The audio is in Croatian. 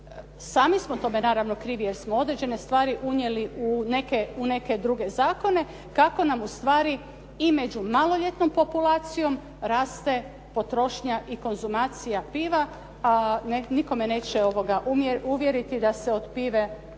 sami smo tome naravno krivi jer smo određene stvari unijeli u neke druge zakone kako nam ustvari i među maloljetnom populacijom raste potrošnja i konzumacija piva a nitko me neće uvjeriti da se od pive, da